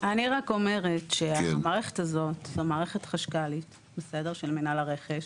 אני רק אומרת שהמערכת הזאת זו מערכת חשכ"לית של מינהל הרכש.